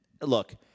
look